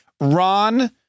Ron